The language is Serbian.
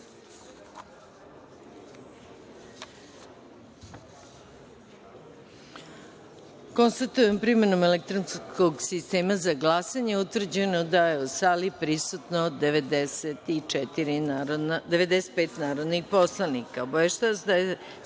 da je primenom elektronskog sistema za glasanje utvrđeno da je u sali prisutno 95 narodnih